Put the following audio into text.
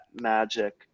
magic